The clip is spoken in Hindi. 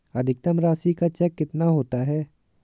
अधिकतम राशि का चेक कितना होता है?